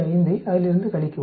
5 ஐ அதிலிருந்து கழிக்கவும்